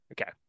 Okay